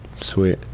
sweet